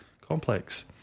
complex